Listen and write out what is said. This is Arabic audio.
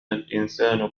الإنسان